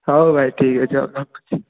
ହଉ ଭାଇ ଠିକ୍ ଅଛି ହଉ ରଖୁଛି